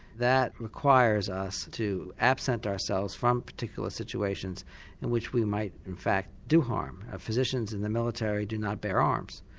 that requires us to absent ourselves from particular situations in which we might, in fact, do harm. ah physicians in the military do not bear arms.